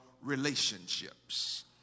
relationships